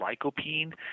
lycopene